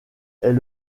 est